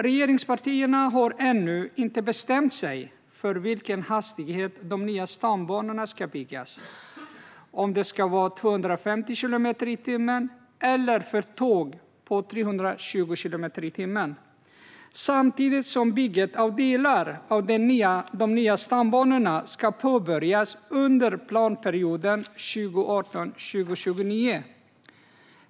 Regeringspartierna har ännu inte bestämt sig när det gäller vilken hastighet de nya stambanorna ska byggas för - om det ska vara 250 kilometer per timme eller 320 kilometer per timme. Samtidigt ska bygget av delar av de nya stambanorna påbörjas under planperioden 2018-2029.